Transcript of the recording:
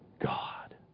God